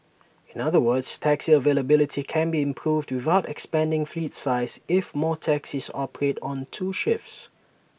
in other words taxi availability can be improved without expanding fleet size if more taxis operate on two shifts